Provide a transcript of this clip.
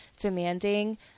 demanding